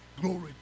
Glory